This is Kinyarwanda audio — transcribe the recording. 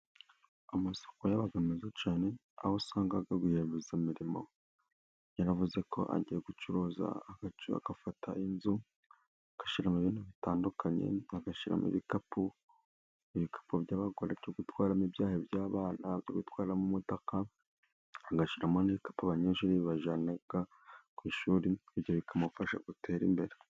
Amasoko aba meza cyane. Aho usanga rwiyemezamirimo yaravuze ko agiye gucuruza, agafata inzu akashyiraramo ibintu bitandukanye, agashyiramo ibikapu. Ibikapu by'abagore byo gutwaramo ibyahi by'abana, byo gutwaramo umutaka, agashyiramo n'ibikapu by'abanyeshuri bajyana ku ishuri. Ibyo bikamufasha gutera imbere.